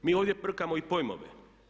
Mi ovdje brkamo i pojmove.